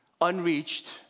unreached